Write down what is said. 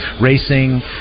racing